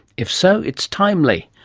if so, it's timely.